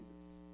Jesus